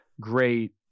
great